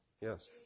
Yes